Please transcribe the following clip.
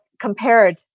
compared